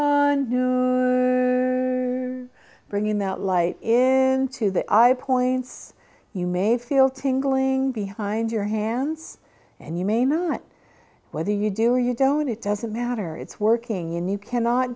on bringing that light in to the eye points you may feel tingling behind your hands and you may not whether you do or you don't it doesn't matter it's working in you cannot